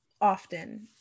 often